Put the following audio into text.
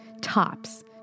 tops